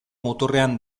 muturrean